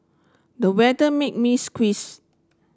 the weather made me squeeze